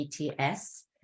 ETS